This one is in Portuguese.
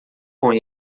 com